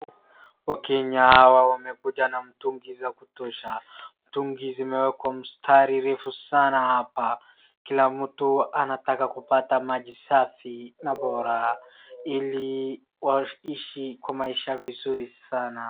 Wakenya wamekuja na mtungi za kutosha. Mtungi zimewekwa mstari refu sana hapa. Kila mtu anataka kupata maji safi na bora ili waishi kwa maisha vizuri sana.